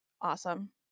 awesome